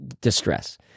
distress